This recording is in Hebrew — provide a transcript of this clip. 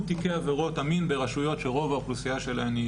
תיקי עבירות המין ברשויות שרוב האוכלוסייה שלהם היא